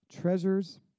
treasures